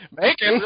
bacon